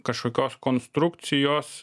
kažkokios konstrukcijos